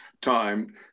time